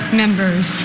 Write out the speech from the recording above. members